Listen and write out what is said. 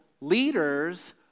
leaders